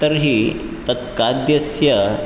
तर्हि तत्खाद्यस्य